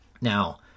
Now